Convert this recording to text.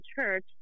church